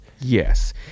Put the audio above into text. yes